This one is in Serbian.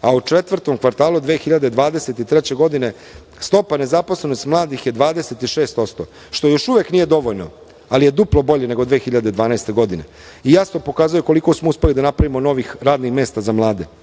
a u četvrtom kvartalu 2023. godine stopa nezaposlenosti mladih je 26%, što još uvek nije dovoljno, ali je duplo bolje nego 2012. godine i jasno pokazuje koliko smo uspeli da napravimo novih radnih mesta za mlade. Što